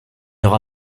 aura